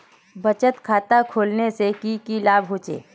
बचत खाता खोलने से की की लाभ होचे?